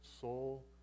soul